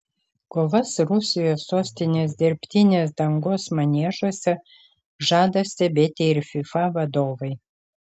kovas rusijos sostinės dirbtinės dangos maniežuose žada stebėti ir fifa vadovai